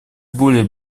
более